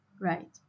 Right